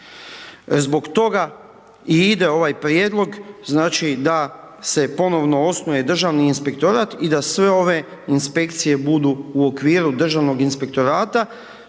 Zbog toga i ide ovaj prijedlog znači da se ponovno osnuje Državni inspektorat i da sve ove inspekcije budu u okviru Državnog inspektorata.